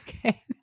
okay